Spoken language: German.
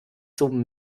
zum